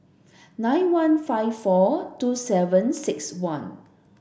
nine one five four two seven six one